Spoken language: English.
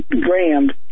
grand